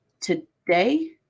today